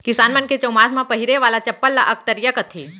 किसान मन के चउमास म पहिरे वाला चप्पल ल अकतरिया कथें